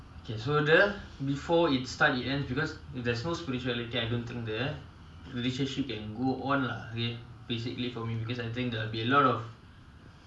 she is just going to drag me back from my whole journey of spirituality so I don't think its a proper match so I think someone who is spiritual